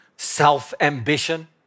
self-ambition